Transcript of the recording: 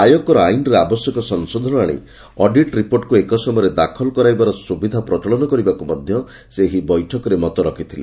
ଆୟକର ଆଇନରେ ଆବଶ୍ୟକ ସଂଶୋଧନ ଆଶି ଅଡିଟ୍ ରିପୋର୍ଟକୁ ଏକସମୟରେ ଦାଖଲ କରିବାର ସୁବିଧା ପ୍ରଚଳନ କରିବାକୁ ମଧ୍ୟ ସେ ଏହି ବୈଠକରେ ମତ ରଖିଥିଲେ